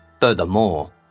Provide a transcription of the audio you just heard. Furthermore